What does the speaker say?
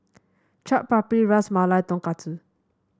Chaat Papri Ras Malai Tonkatsu